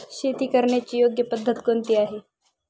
शेती करण्याची योग्य पद्धत कोणती आहे?